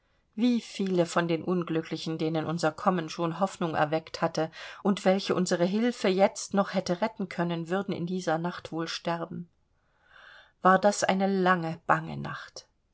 wie viele von den unglücklichen denen unser kommen schon hoffnung erweckt hatte und welche unsere hilfe jetzt noch hätte retten können würden in dieser nacht wohl sterben war das eine lange bange nacht